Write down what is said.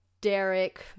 Derek